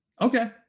Okay